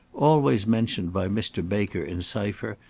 always mentioned by mr. baker in cypher,